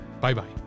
Bye-bye